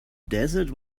desert